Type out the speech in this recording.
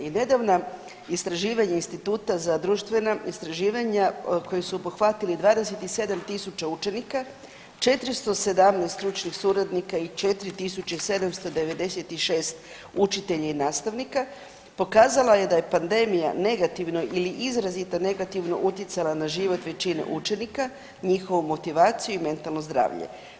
I nedavna istraživanja instituta za društvena istraživanja koji su pohvatili 27 tisuća učenika, 417 stručnih suradnika i 4796 učitelja i nastavnika pokazala je da je pandemija negativno ili izrazito negativno utjecala na život većine učenika, njihovu motivaciju i mentalno zdravlje.